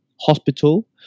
hospital